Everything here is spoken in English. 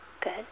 Good